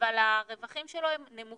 אבל הרווחים שלו הם נמוכים,